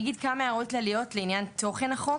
אני אגיד כמה הערות כלליות לעניין תוכן החוק: